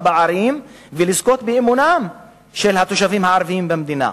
הפערים ולזכות באמונם של התושבים הערבים במדינה.